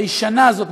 הישנה הזאת,